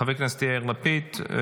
חבר הכנסת יאיר לפיד,